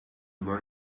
where